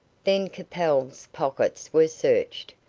then capel's pockets were searched,